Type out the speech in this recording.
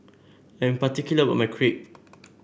I'm particular about my Crepe